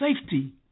safety